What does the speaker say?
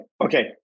Okay